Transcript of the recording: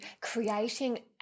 creating